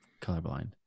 colorblind